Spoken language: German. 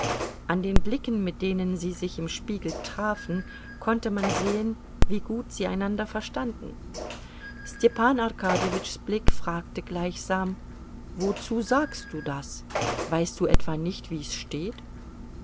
an den blicken mit denen sie sich im spiegel trafen konnte man sehen wie gut sie einander verstanden stepan arkadjewitschs blick fragte gleichsam wozu sagst du das weißt du etwa nicht wie's steht